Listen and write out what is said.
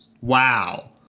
Wow